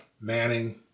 Manning